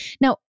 Now